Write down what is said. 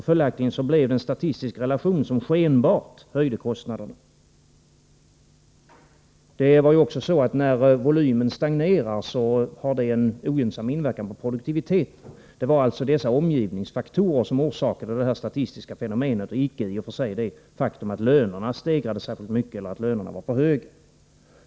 Följaktligen blev det en statistisk relation som skenbart höjde kostnaderna. När volymen stagnerar har det också en ogynnsam inverkan på produktiviteten. Det var dessa omgivningsfaktorer som orsakade detta statistiska fenomen, icke det faktum att lönerna steg särskilt mycket eller att lönerna var för höga.